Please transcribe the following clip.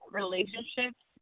relationships